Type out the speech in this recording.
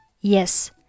Yes